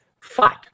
fight